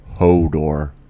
hodor